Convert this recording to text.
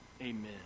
Amen